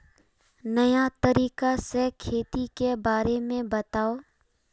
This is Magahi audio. नया तरीका से खेती के बारे में बताऊं?